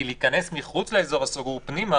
כי להיכנס מחוץ לאזור הסגור פנימה,